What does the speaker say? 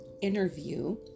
interview